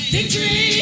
Victory